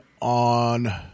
on